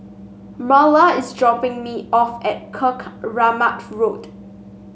Marla is dropping me off at Keramat Road